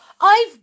I've